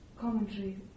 commentary